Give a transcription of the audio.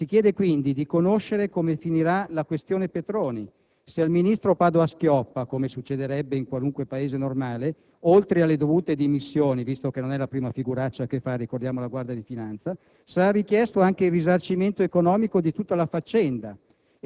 Si chiede quindi di conoscere come finirà la questione Petroni, se al ministro Padoa-Schioppa, come succederebbe in qualunque Paese normale, oltre alle dovute dimissioni, visto che non è la prima figuraccia che fa (ricordiamo la Guardia di finanza), sarà richiesto anche il risarcimento economico per tutta la faccenda